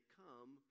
come